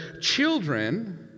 children